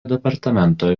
departamento